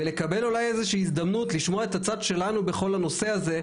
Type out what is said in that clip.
ולקבל אולי איזושהי הזדמנות לשמוע את הצד שלנו בכל הנושא הזה,